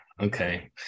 Okay